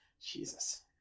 Jesus